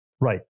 Right